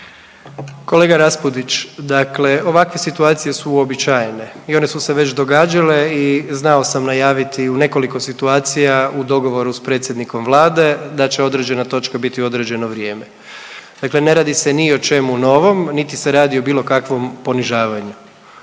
Kolega Raspudić, dakle ovakve situacije su uobičajene i one su se već događale i znao sam najaviti u nekoliko situacija u dogovoru s predsjednikom vlade da će određena točka biti u određeno vrijeme. Dakle, ne radi se ni o čemu novom, niti se radi o bilo kakvom ponižavanju,